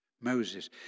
Moses